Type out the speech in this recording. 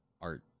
art